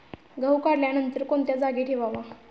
गहू काढल्यानंतर कोणत्या जागी ठेवावा?